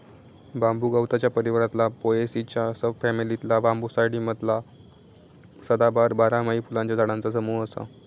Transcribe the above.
बांबू गवताच्या परिवारातला पोएसीच्या सब फॅमिलीतला बांबूसाईडी मधला सदाबहार, बारमाही फुलांच्या झाडांचा समूह असा